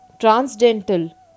transcendental